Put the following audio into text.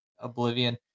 Oblivion